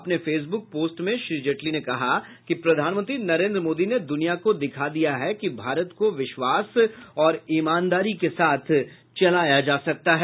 अपने Facebook post में श्री जेटली ने कहा कि प्रधानमंत्री नरेन्द्र मोदी ने दुनिया को दिखा दिया है कि भारत को विश्वास और ईमानदारी के साथ चलाया जा सकता है